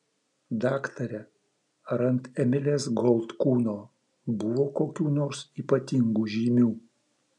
daktare ar ant emilės gold kūno buvo kokių nors ypatingų žymių